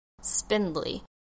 spindly